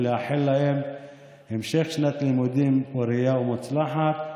נאחל להם המשך שנת לימודים פורייה ומוצלחת.